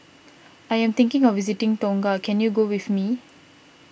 I am thinking of visiting Tonga can you go with me